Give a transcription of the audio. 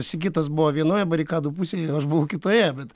sigitas buvo vienoje barikadų pusėje o aš buvau kitoje bet